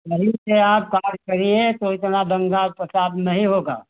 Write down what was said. सही से आप काम करिए तो इतना दंगा फ़साद नहीं होगा